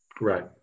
Right